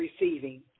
receiving